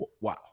wow